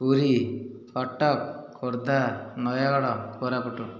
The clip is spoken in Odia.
ପୁରୀ କଟକ ଖୋର୍ଦ୍ଧା ନୟାଗଡ଼ କୋରାପୁଟ